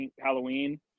Halloween